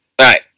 Right